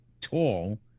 tall